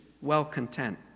well-content